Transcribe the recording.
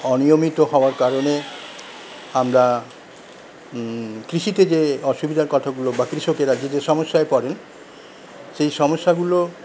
অনিয়মিত হওয়ার কারণে আমরা কৃষিতে যে অসুবিধার কতগুলো বা কৃষকেরা যে সমস্যায় পরেন সেই সমস্যাগুলো